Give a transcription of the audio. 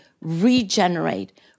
regenerate